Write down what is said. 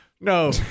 no